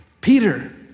Peter